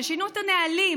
ששינו את הנהלים,